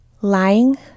Lying